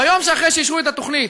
יום אחרי שאישרו את התוכנית